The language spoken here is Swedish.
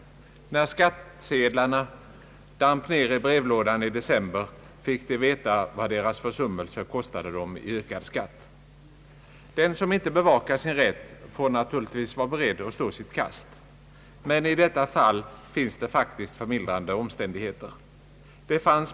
När skattsedlarna damp ner i brevlådorna i december fick dessa människor veta vad deras försummelse kostat i ökad skatt. Den som inte bevakar sin rätt får naturligtvis vara beredd att stå sitt kast, men i detta fall finns faktiskt förmildrande omständigheter.